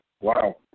Wow